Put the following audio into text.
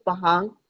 Pahang